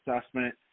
assessment